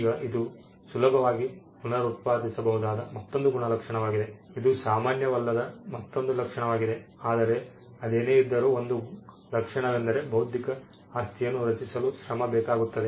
ಈಗ ಇದು ಸುಲಭವಾಗಿ ಪುನರುತ್ಪಾದಿಸಬಹುದಾದ ಮತ್ತೊಂದು ಲಕ್ಷಣವಾಗಿದೆ ಇದು ಸಾಮಾನ್ಯವಲ್ಲದ ಮತ್ತೊಂದು ಲಕ್ಷಣವಾಗಿದೆ ಆದರೆ ಅದೇನೇ ಇದ್ದರೂ ಒಂದು ಲಕ್ಷಣವೆಂದರೆ ಬೌದ್ಧಿಕ ಆಸ್ತಿಯನ್ನು ರಚಿಸಲು ಶ್ರಮ ಬೇಕಾಗುತ್ತದೆ